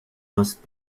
must